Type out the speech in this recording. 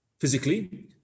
physically